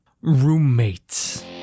roommates